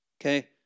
Okay